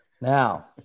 Now